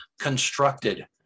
constructed